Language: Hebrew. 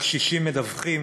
הקשישים מדווחים